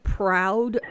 proud